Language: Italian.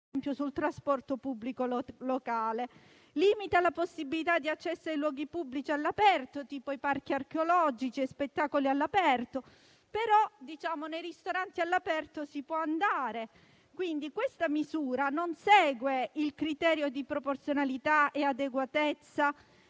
sul trasporto pubblico locale. Limita la possibilità di accesso ai luoghi pubblici all'aperto, come i parchi archeologici, o gli spettacoli all'aperto; nei ristoranti all'aperto, però, si può andare. Questa misura, dunque, non segue un criterio di proporzionalità e adeguatezza